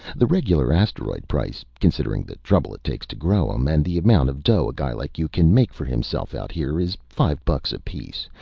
the regular asteroids price considering the trouble it takes to grow em, and the amount of dough a guy like you can make for himself out here, is five bucks apiece.